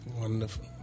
Wonderful